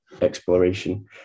exploration